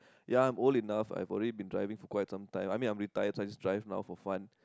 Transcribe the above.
ya I'm old enough I've probably been driving for quite some time I mean I'm retired so I just drive now for fun